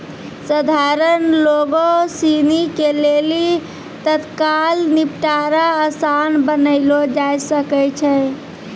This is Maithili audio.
सधारण लोगो सिनी के लेली तत्काल निपटारा असान बनैलो जाय सकै छै